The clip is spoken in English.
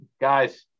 guys